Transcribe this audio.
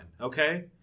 okay